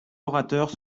orateurs